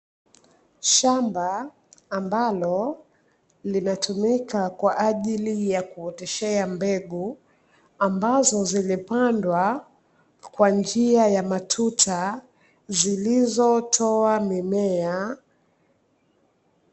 Shamba ambalo linatumika kwa ajili ya kuoteshea mbegu, ambazo zimepandwa kwa njia za matuta zilizotoa mimea.